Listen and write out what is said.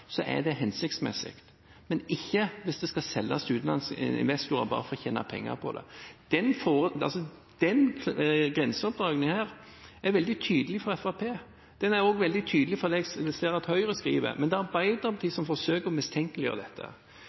er det hensiktsmessig, men ikke hvis det skal selges til utenlandske investorer bare for å tjene penger på det. Denne grensedragningen er veldig tydelig fra Fremskrittspartiet. Det er også veldig tydelig i det jeg ser Høyre skriver. Men det er Arbeiderpartiet som forsøker å mistenkeliggjøre dette.